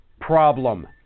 problem